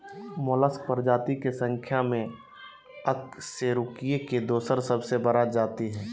Mollusca प्रजाति के संख्या में अकशेरूकीय के दोसर सबसे बड़ा जाति हइ